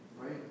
Right